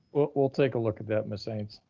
we'll we'll take a look at that ms. haynes.